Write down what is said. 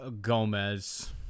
gomez